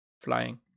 flying